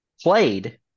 played